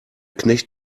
knecht